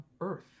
earth